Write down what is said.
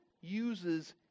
uses